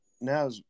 Now